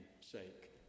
sake